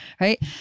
Right